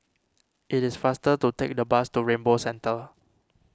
it is faster to take the bus to Rainbow Centre